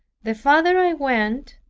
the farther i went,